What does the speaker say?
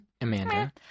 Amanda